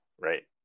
Right